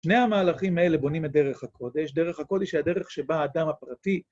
שני המהלכים האלה בונים את דרך הקודש, דרך הקודש היא הדרך שבה האדם הפרטי